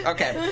Okay